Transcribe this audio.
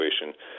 situation